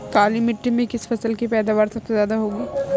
काली मिट्टी में किस फसल की पैदावार सबसे ज्यादा होगी?